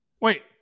Wait